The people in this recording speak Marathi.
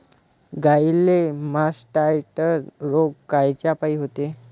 गाईले मासटायटय रोग कायच्यापाई होते?